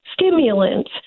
stimulant